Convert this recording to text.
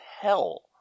hell